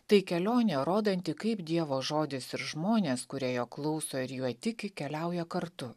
tai kelionė rodanti kaip dievo žodis ir žmonės kurie jo klauso ir juo tiki keliauja kartu